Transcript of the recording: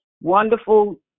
wonderful